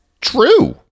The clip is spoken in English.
true